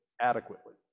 adequately